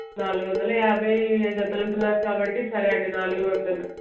నాలుగు వందలు యాభై జతలంటున్నారు కాబట్టి సరే అండి నాలుగు వందలు